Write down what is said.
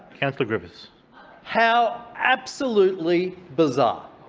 councillor griffiths how absolutely bizarre.